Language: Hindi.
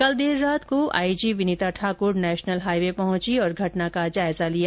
कल देर रात को IG Vinita Thakur national highway पहुंची और घटना का जायजा लिया